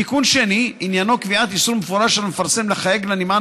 תיקון שני עניינו קביעת איסור מפורש על מפרסם לחייג לנמען